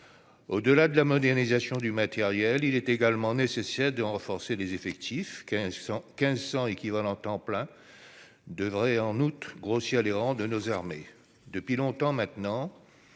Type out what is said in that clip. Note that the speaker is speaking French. Au-delà de la modernisation du matériel, il est également nécessaire de renforcer les effectifs : 1 500 équivalents temps plein (ETP) devraient, en outre, grossir les rangs de nos armées.